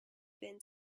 been